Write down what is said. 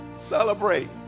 celebrate